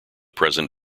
present